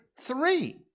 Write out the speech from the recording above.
three